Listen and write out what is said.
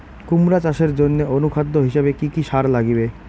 কুমড়া চাষের জইন্যে অনুখাদ্য হিসাবে কি কি সার লাগিবে?